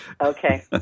Okay